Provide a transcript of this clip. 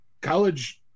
college